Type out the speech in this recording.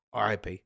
RIP